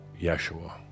Yeshua